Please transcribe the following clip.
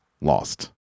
lost